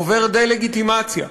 עובר דה-לגיטימציה,